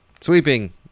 sweeping